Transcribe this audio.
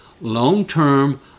long-term